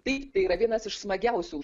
taip tai yra vienas iš smagiausių